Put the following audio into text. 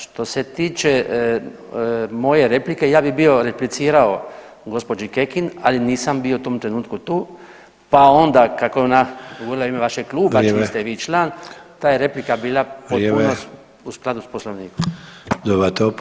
Što se tiče moje replike ja bih bio replicirao gospođi Kekin ali nisam bio u tom trenutku tu, pa onda kako je ona govorila u ime vašeg kluba čiji ste vi član, ta je [[Upadica Sanader: Vrijeme.]] replika bila potpuno u skladu sa Poslovnikom.